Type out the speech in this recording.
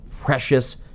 precious